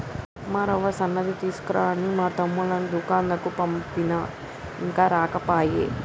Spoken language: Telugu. ఉప్మా రవ్వ సన్నది తీసుకురా అని మా తమ్ముణ్ణి దూకండ్లకు పంపిన ఇంకా రాకపాయె